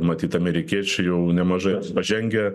matyt amerikiečiai jau nemažai pažengę